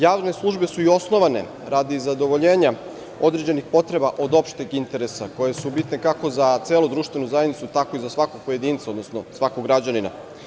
Javne službe su i osnovane radi zadovoljenja određenih potreba od opšteg interesa, koje su bitne kako za celu društvenu zajednicu tako i za svakog pojedinca, odnosno svakog građanina.